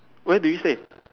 where do you stay